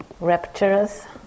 rapturous